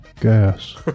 gas